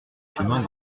chemin